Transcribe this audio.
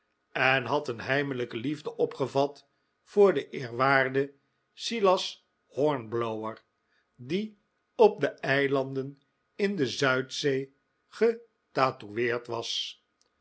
en had een heimelijke liefde opgevat voor den eerwaarden silas hornblower die op de eilanden in de zuidzee getatoueerd was